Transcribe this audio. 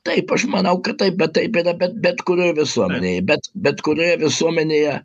taip aš manau kad taip bet taip yra bet bet kurioj visuomenėj bet bet kurioj visuomenėje